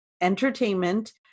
entertainment